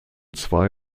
zwei